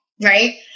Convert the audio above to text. Right